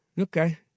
Okay